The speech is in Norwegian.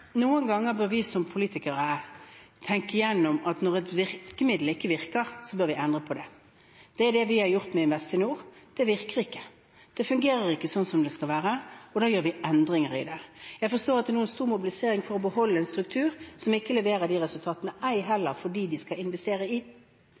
Noen ganger bør vi som politikere tenke igjennom at når et virkemiddel ikke virker, bør vi endre på det. Det er det vi har gjort med Investinor. Det virker ikke, det fungerer ikke slik som det skal være, og da gjør vi endringer med det. Jeg forstår at det nå er en stor mobilisering for å beholde en struktur som ikke leverer de resultatene, ei